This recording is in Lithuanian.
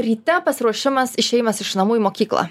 ryte pasiruošimas išėjimas iš namų į mokyklą